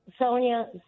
Sonia